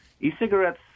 e-cigarettes